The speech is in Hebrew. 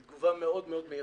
היא תגובה מאוד-מאוד מהירה.